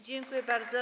Dziękuję bardzo.